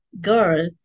girl